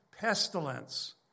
pestilence